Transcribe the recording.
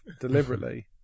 deliberately